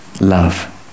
love